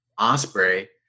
Osprey